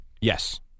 Yes